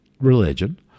religion